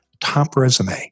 topresume